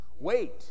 Wait